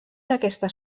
aquestes